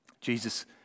Jesus